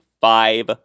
five